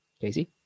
Casey